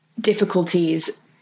difficulties